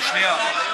לשנייה.